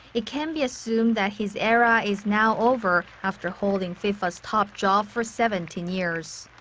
it can be assumed that his era is now over after holding fifa's top job for seventeen years.